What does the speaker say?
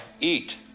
eat